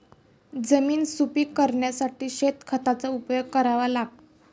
जमीन सुपीक करण्यासाठी शेणखताचा उपयोग करावा का?